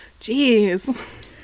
Jeez